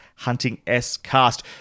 huntingscast